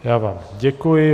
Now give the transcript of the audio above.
Já vám děkuji.